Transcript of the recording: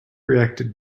reacted